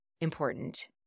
important